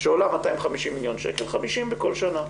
שעולה 250 מיליון שקל, 50 מיליון בכל שנה.